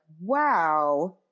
wow